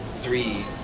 three